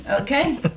okay